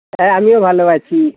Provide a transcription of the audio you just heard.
হ্যাঁ আমিও ভালো আছি